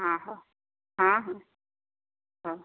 ହଁ ହଁ ହଁ ହଁ